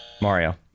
Mario